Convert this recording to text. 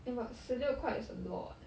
eh but 十六块 is a lot eh